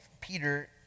Peter